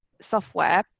software